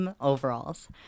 overalls